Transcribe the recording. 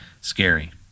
scary